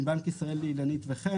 מבנק ישראל לאילנית וחן.